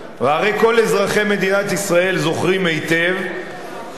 הרי כל אזרחי מדינת ישראל זוכרים היטב שזה